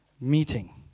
meeting